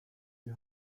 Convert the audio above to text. die